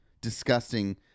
disgusting